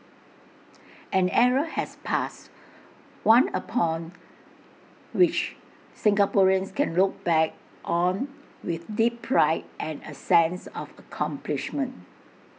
an era has passed one upon which Singaporeans can look back on with deep pride and A sense of accomplishment